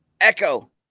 Echo